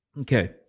Okay